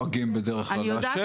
למרות שאנחנו לא נוהגים בדרך כלל לאשר,